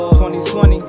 2020